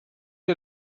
ihr